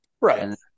Right